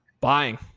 Buying